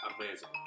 amazing